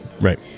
Right